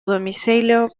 domicilio